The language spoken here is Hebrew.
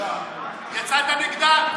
יצאת נגדה?